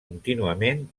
contínuament